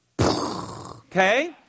Okay